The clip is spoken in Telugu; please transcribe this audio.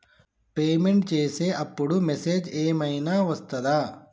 పేమెంట్ చేసే అప్పుడు మెసేజ్ ఏం ఐనా వస్తదా?